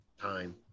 time